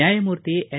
ನ್ಯಾಯಮೂರ್ತಿ ಎನ್